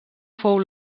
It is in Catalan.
fou